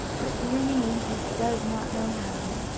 but, dear me! he does not know how.